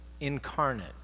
incarnate